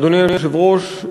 אדוני היושב-ראש,